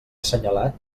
assenyalat